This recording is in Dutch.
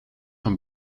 van